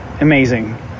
amazing